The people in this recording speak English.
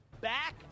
back